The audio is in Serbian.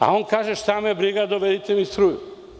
On kaže – šta me briga, dovedite mi struju.